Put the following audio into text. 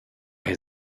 hier